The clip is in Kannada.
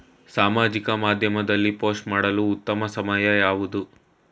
ಸಾಮಾಜಿಕ ಮಾಧ್ಯಮದಲ್ಲಿ ಪೋಸ್ಟ್ ಮಾಡಲು ಉತ್ತಮ ಸಮಯ ಯಾವುದು?